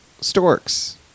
Storks